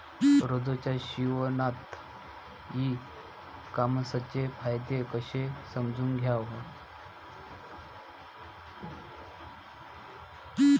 रोजच्या जीवनात ई कामर्सचे फायदे कसे समजून घ्याव?